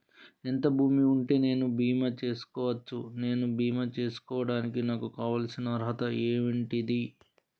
ఎంత భూమి ఉంటే నేను బీమా చేసుకోవచ్చు? నేను బీమా చేసుకోవడానికి నాకు కావాల్సిన అర్హత ఏంటిది?